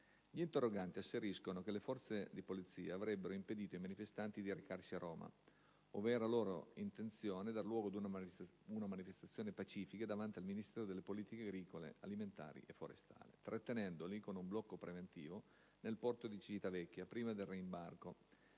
Gli interroganti asseriscono che le forze di polizia avrebbero impedito ai manifestanti di recarsi a Roma - ove era loro intenzione dar luogo ad una manifestazione pacifica davanti al Ministero delle politiche agricole alimentari e forestali - trattenendoli, con un blocco preventivo, nel porto di Civitavecchia, prima del reimbarco,